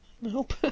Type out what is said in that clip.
Nope